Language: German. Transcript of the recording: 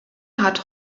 hat